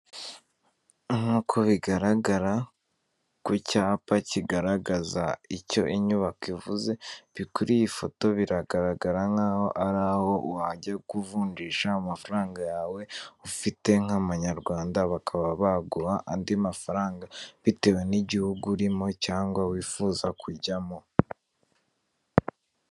Nk'uko bigaragara ku cyapa kigaragaza icyo inyubako ivuze, kuri iyi foto biragaragara nk'aho ari aho wajya kuvunjisha amafaranga yawe ufite nk'amanyarwanda bakaba baguha andi mafaranga, bitewe n'igihugu urimo cyangwa wifuza kujyamo.